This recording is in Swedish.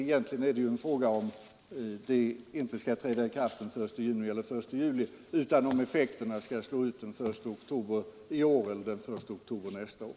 Egentligen är det ju inte fråga om huruvida bestämmelserna skall träda i kraft den 1 juni eller den 1 juli, utan det är fråga om huruvida effekterna skall slå igenom den 1 oktober i år eller den 1 oktober nästa år.